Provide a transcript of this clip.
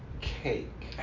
cake